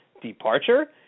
departure